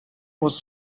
was